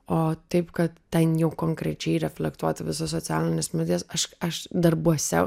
o taip kad ten jau konkrečiai reflektuot visas socialines medijas aš aš darbuose